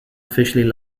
officially